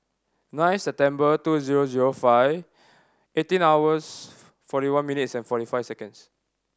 nine September two zero zero five eighteen hours forty one minutes and forty five seconds